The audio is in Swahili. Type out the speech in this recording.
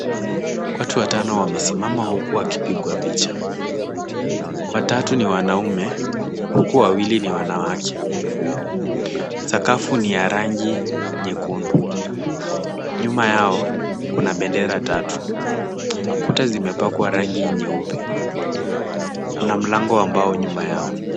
Watu watano wamesimama huku wakipigwa picha. Watatu ni wanaume huku wawili ni wanaume. Sakafu ni ya rangi nyekundu. Nyuma yao kuna bendera tatu. Kuta zimepakwa rangi nyeupe . Kuna mlango wa mbao nyuma yao.